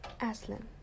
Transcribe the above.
Aslan